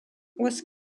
was